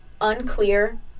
unclear